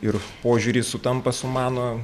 ir požiūriai sutampa su mano